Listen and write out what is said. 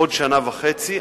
בעוד שנה וחצי,